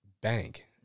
bank